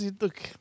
Look